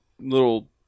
little